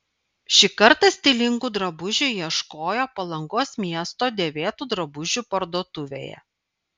šį kartą stilingų drabužių ieškojo palangos miesto dėvėtų drabužių parduotuvėje